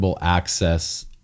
access